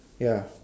ya